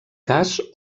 cas